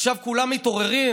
עכשיו כולם מתעוררים.